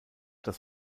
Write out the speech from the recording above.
das